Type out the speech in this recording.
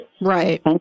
Right